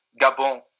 Gabon